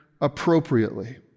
appropriately